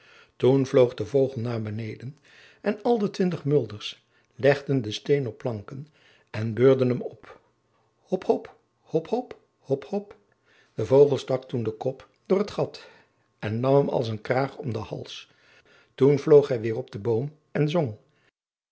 toen vloog de vogel naar beneden en al de twintig mulders legden den steen op planken en beurden hem op ho op ho op ho op de vogel stak toen den kop door het gat en nam hem als een kraag om den hals toen vloog hij weêr op den boom en zong